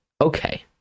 okay